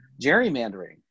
gerrymandering